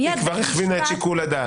מיד --- היא כבר כיוונה את שיקול הדעת.